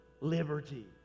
liberty